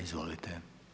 Izvolite.